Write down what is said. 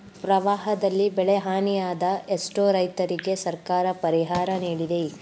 ಪ್ರವಾಹದಲ್ಲಿ ಬೆಳೆಹಾನಿಯಾದ ಎಷ್ಟೋ ರೈತರಿಗೆ ಸರ್ಕಾರ ಪರಿಹಾರ ನಿಡಿದೆ